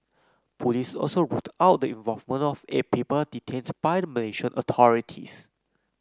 police also ruled out the involvement of eight people detains by the Malaysian authorities